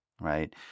right